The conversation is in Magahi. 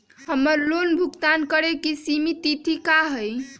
हमर लोन भुगतान करे के सिमित तिथि का हई?